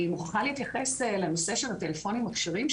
אני מוכרחה להתייחס לנושא הטלפונים הכשרים,